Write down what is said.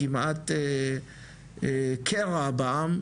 כמעט קרע בעם,